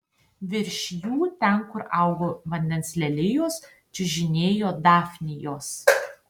virš jų ten kur augo vandens lelijos čiužinėjo dafnijos